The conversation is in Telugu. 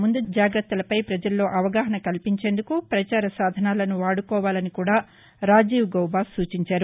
ముందు జాగ్రత్తలపై ప్రజల్లో అవగాహన కల్పించేందుకు ప్రచార సాధనాలను వాడుకోవాలని కూడా రాజీవ్గౌబ సూచించారు